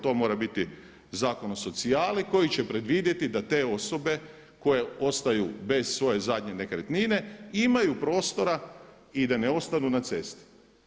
To mora biti Zakon o socijali koji će predvidjeti da te osobe koje ostaju bez svoje zadnje nekretnine imaju prostora i da ne ostanu na cesti.